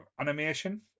animation